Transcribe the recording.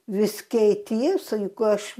vis keities jeigu aš